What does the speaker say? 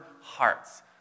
hearts